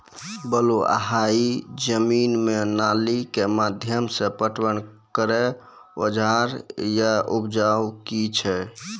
बलूआही जमीन मे नाली के माध्यम से पटवन करै औजार या उपाय की छै?